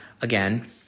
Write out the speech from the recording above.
again